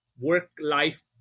work-life